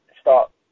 start